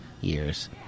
years